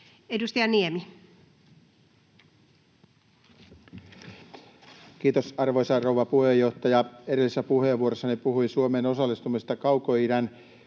Content: Kiitos, arvoisa rouva puheenjohtaja! Edellisessä puheenvuorossani puhuin Suomen osallistumisesta Kaukoidän konfliktipisteiden